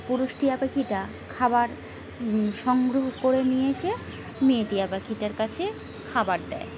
পুরুষ টিয়া পাখিটা খাবার সংগ্রহ করে নিয়ে এসে মেয়ে টিয়া পাাখিটার কাছে খাবার দেয়